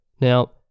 Now